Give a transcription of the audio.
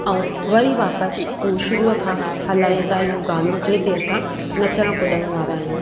ऐं वरी वापसि हू शरूअ खां हलाईंदा आहियूं गानो जंहिं ते असां नचणु कुॾणु वारा आहियूं